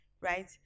right